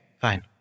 Fine